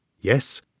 Yes